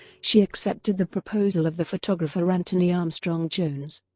she accepted the proposal of the photographer antony armstrong-jones,